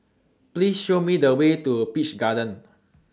Please Show Me The Way to Peach Garden